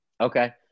Okay